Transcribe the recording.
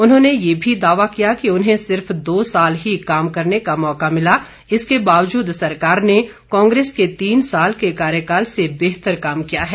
उन्होंने यह भी दावा किया कि उन्हें सिर्फ दो साल ही काम करने का मौका मिला इसके बावजूद सरकार ने कांग्रेस के तीन साल के कार्यकाल से बेहतर काम किया है